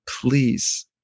please